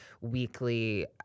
weekly